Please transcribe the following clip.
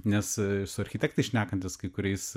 nes su architektais šnekantis kai kuriais